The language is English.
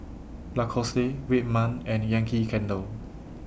Lacoste Red Man and Yankee Candle